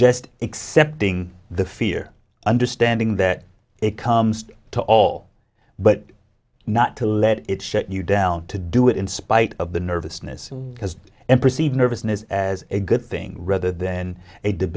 just accepting the fear understanding that it comes to all but not to let it shut you down to do it in spite of the nervousness and perceived nervousness as a good thing rather than